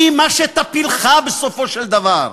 היא מה שתפילך בסופו של דבר.